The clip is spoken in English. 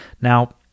Now